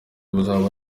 buzaba